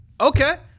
Okay